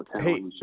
Hey